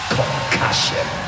Concussion